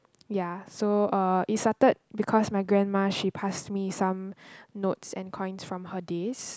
ya so uh it started because my grandma she passed me some notes and coins from her days